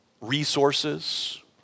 resources